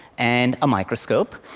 and a microscope,